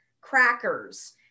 crackers